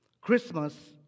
Christmas